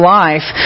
life